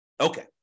Okay